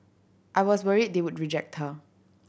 I was worried they would reject her